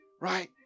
right